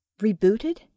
Rebooted